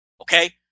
Okay